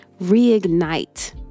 reignite